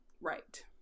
right